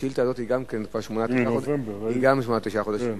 השאילתא הזאת היא גם כן כבר שמונה-תשעה חודשים.